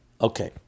Okay